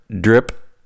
drip